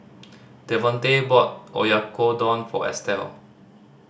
Devonte brought Oyakodon for Estell